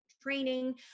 training